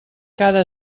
cada